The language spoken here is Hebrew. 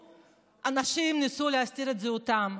אנשים ניסו להסתיר את זהותם.